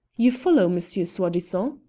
you follow, monsieur soi-disant?